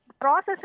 Process